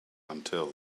until